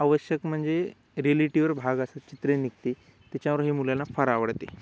आवश्यक म्हणजे रिलेटीवर भाग असतात चित्रे निघते त्याच्यावर हे मुलांना फार आवडते